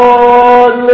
Lord